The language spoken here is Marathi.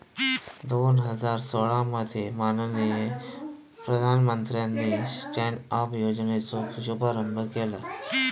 दोन हजार सोळा मध्ये माननीय प्रधानमंत्र्यानी स्टॅन्ड अप योजनेचो शुभारंभ केला